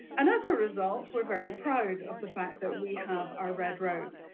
and as a result, we're very proud of the fact that we have our red rose.